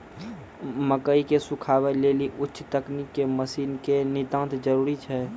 मकई के सुखावे लेली उच्च तकनीक के मसीन के नितांत जरूरी छैय?